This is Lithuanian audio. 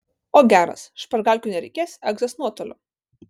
o geras špargalkių nereikės egzas nuotoliu